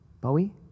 Bowie